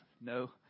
no